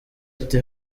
ati